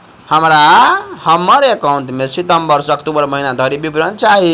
हमरा हम्मर एकाउंट केँ सितम्बर सँ अक्टूबर महीना धरि विवरण चाहि?